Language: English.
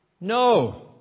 No